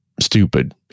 stupid